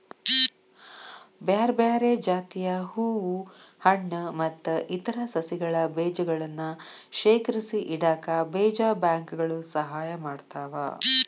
ಬ್ಯಾರ್ಬ್ಯಾರೇ ಜಾತಿಯ ಹೂ ಹಣ್ಣು ಮತ್ತ್ ಇತರ ಸಸಿಗಳ ಬೇಜಗಳನ್ನ ಶೇಖರಿಸಿಇಡಾಕ ಬೇಜ ಬ್ಯಾಂಕ್ ಗಳು ಸಹಾಯ ಮಾಡ್ತಾವ